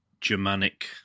Germanic